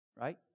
right